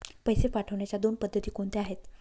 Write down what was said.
पैसे पाठवण्याच्या दोन पद्धती कोणत्या आहेत?